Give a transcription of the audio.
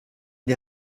der